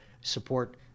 support